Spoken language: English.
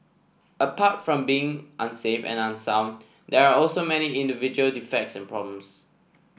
apart from being unsafe and unsound there are also many individual defects and problems